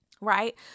Right